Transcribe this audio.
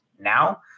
now